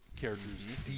characters